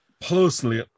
personally